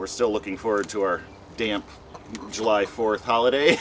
we're still looking forward to our damp july fourth holiday